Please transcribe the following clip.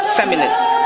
feminist